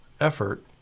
effort